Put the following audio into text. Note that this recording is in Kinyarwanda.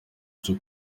cyo